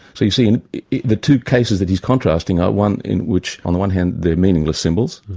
so you see, in the two cases that he's contrasting are one in which on the one hand they're meaningless symbols,